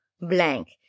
blank